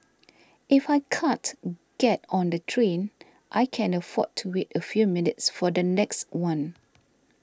if I can't get on the train I can afford to wait a few minutes for the next one